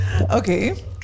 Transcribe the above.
okay